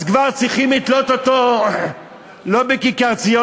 כבר אז צריכים לתלות אותו לא בכיכר-ציון,